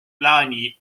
plaani